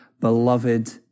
beloved